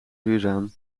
duurzaam